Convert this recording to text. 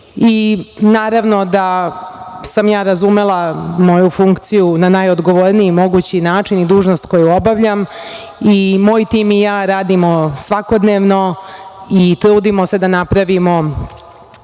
meseci. Naravno da sam ja razumela moju funkciju na najodgovorniji mogući način i dužnost koju obavljam i moj tim i ja radimo svakodnevno i trudimo se da napravimo